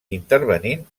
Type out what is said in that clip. intervenint